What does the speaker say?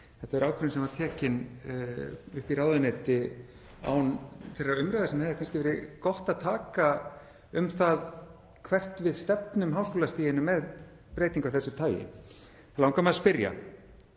Þetta er ákvörðun sem var tekin uppi í ráðuneyti án þeirrar umræðu sem hefði kannski verið gott að taka um það hvert við stefnum háskólastiginu með breytingu af þessu tagi. Þá langar mig að spyrja: